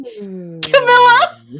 Camilla